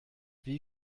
wie